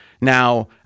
Now